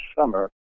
summer